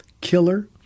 killer